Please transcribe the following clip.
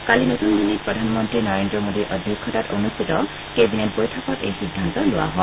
কালি নতুন দিল্লীত প্ৰধানমন্ত্ৰী নৰেন্দ্ৰ মোডীৰ অধ্যক্ষতাত অনুষ্ঠিত কেবিনেট বৈঠকত এই সিদ্ধান্ত লোৱা হয়